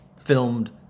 filmed